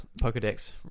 Pokedex